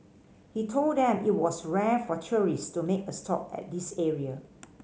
he told them it was rare for tourists to make a stop at this area